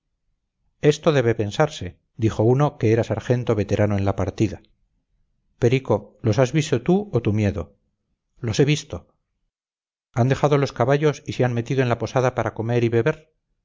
esto debe pensarse dijo uno que era sargento veterano en la partida perico los has visto tú o tu miedo los he visto han dejado los caballos y se han metido en la posada para comer y beber